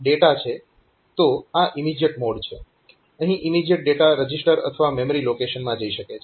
અહીં immediate data register અથવા memory લોકેશનમાં જઈ શકે છે